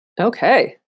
Okay